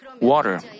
water